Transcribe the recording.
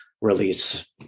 release